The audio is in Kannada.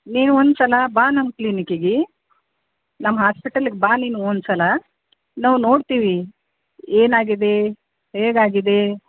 ನೀನು ಒಂದ್ಸಲ ಬಾ ನಮ್ಮ ಕ್ಲೀನಿಕ್ಕಿಗೆ ನಮ್ಮ ಹಾಸ್ಪಿಟಲ್ಗೆ ಬಾ ನೀನು ಒಂದ್ಸಲ ನಾವು ನೋಡ್ತೀವಿ ಏನಾಗಿದೆ ಹೇಗಾಗಿದೆ